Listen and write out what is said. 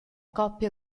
coppia